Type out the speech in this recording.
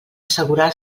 assegurar